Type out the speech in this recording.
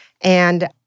and-